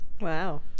Wow